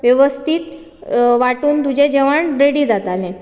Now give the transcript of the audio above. वेवस्थीत वांटून तुजें जेवण रेडी जातालें